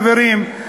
חברים,